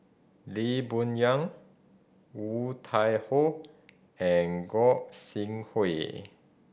Lee Boon Yang Woon Tai Ho and Gog Sing Hooi